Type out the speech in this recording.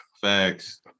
Facts